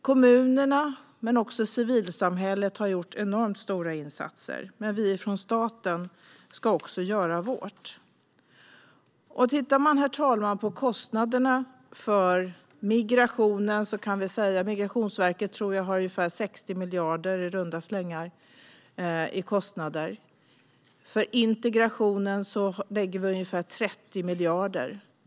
Kommunerna och civilsamhället har gjort enormt stora insatser, men vi från staten ska också göra vårt. Herr talman! Om vi tittar på kostnaderna för migrationen kan vi säga att Migrationsverket har i runda slängar 60 miljarder i kostnader. På integrationen läggs ungefär 30 miljarder.